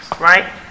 right